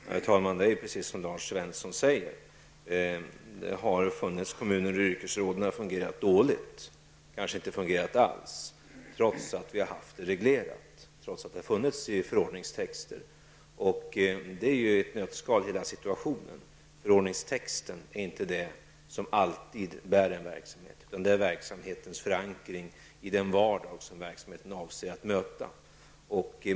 Herr talman! Det är precis som Lars Svensson säger. Det har funnits kommuner där yrkesråden har fungerat dåligt eller kanske inte har fungerat alls trots att det har varit reglerat och det har funnits förordningstexter. Så ser hela situationen ut i ett nötskal. Förordningstexten bär inte alltid upp en verksamhet. Det gäller i stället verksamhetens förankring i den vardag som verksamheten avser att möta.